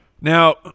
Now